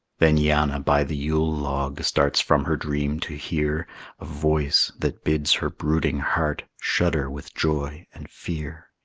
then yanna by the yule log starts from her dream to hear a voice that bids her brooding heart shudder with joy and fear.